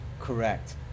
correct